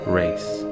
race